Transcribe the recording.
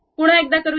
पुन्हा एकदा करूया